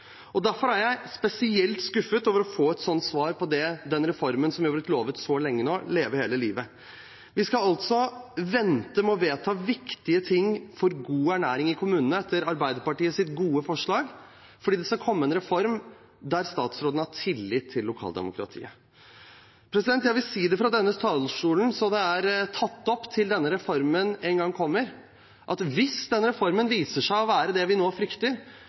Og derfor er jeg spesielt skuffet over å få et sånt svar på den reformen som vi har blitt lovet så lenge nå, Leve hele livet. Vi skal altså vente med å vedta viktige ting for god ernæring i kommunene etter Arbeiderpartiets gode forslag fordi det skal komme en reform der statsråden har tillit til lokaldemokratiet. Jeg vil si det fra denne talerstolen sånn at det er tatt opp til denne reformen en gang kommer, at hvis reformen viser seg å være det vi nå frykter,